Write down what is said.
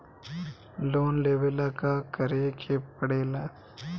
Loan लेबे ला का करे के पड़े ला?